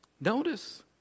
Notice